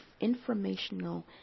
informational